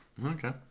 Okay